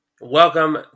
Welcome